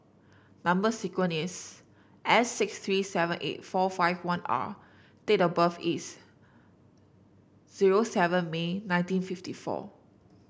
number sequence is S six three seven eight four five one R date of birth is zero seven May nineteen fifty four